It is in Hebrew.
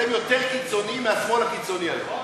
אתם יותר קיצונים מהשמאל הקיצוני היום.